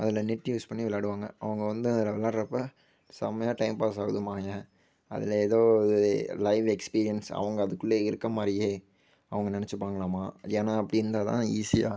அதில் net use பண்ணி விளாயாடுவாங்க அவங்க வந்து அதில் விளாயாடுறப்ப செம்மையாக டைம் பாஸ் ஆகுதும்பாங்க அதில் ஏதோ இது லைவ் எக்ஸ்பீரியன்ஸ் அவங்க அதுக்குள்ளே இருக்கற மாதிரியே அவங்க நெனைச்சுப்பாங்களாமா ஏன்னால் அப்படி இருந்தால் தான் ஈஸியாக